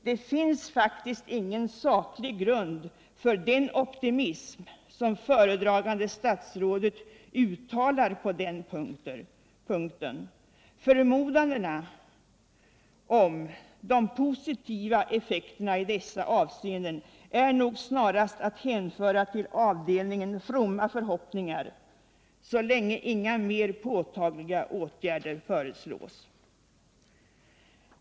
Det finns faktiskt ingen saklig grund för den optimism som föredragande statsrådet uttalar på den punkten. Förmodandena om de positiva effekterna i dessa avseenden är nog snarast att hänföra till avdelningen fromma förhoppningar, så länge inga mer påtagliga åtgärder föreslås.